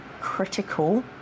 critical